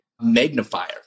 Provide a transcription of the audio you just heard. magnifier